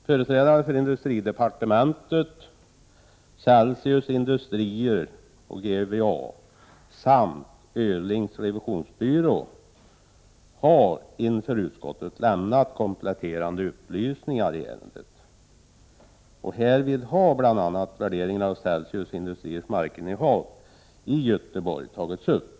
Företrädare för industridepartementet, Celsius Industrier och Götaverken Arendal samt Öhrlings Revisionsbyrå AB har inför utskottet lämnat kompletterande upplysningar i ärendet. Härvid har bl.a. värderingen av Celsius Industriers markinnehav i Göteborg tagits upp.